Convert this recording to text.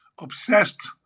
Obsessed